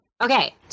Okay